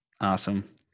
Awesome